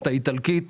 את האיטלקית